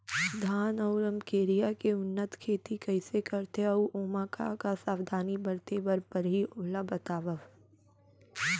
धान अऊ रमकेरिया के उन्नत खेती कइसे करथे अऊ ओमा का का सावधानी बरते बर परहि ओला बतावव?